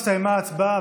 הסתיימה ההצבעה,